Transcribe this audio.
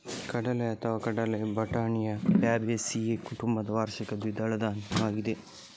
ಕಡಲೆಅಥವಾ ಕಡಲೆ ಬಟಾಣಿ ಫ್ಯಾಬೇಸಿಯೇ ಕುಟುಂಬದ ವಾರ್ಷಿಕ ದ್ವಿದಳ ಧಾನ್ಯವಾಗಿದೆ